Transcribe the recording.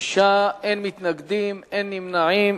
בעד, 26, אין מתנגדים, אין נמנעים.